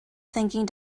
thinking